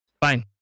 fine